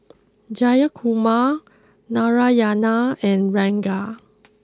Jayakumar Narayana and Ranga